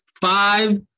five